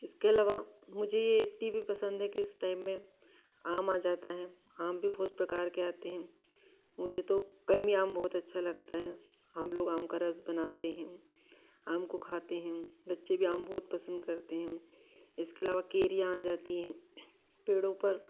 इसके अलावा मुझे यह इसलिए लिए भी पसंद है कि इस टाइम में आम आ जाता है आम भी बहुत प्रकार के आते हैं मुझे तो कलमी आम बहुत अच्छा लगता है हम लोग आम का रस बनाते हैं आम को खाते हैं बच्चे भी आम बहुत पसंद करते हैं इसके अलावा केरिया आ जाती हैं पेड़ों पर